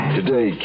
Today